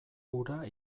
hura